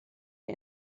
die